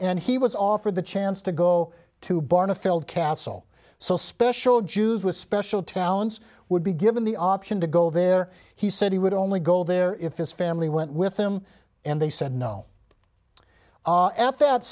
and he was offered the chance to go to barn a field castle so special jews with special talents would be given the option to go there he said he would only go there if his family went with him and they said no at that